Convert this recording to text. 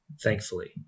thankfully